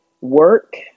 Work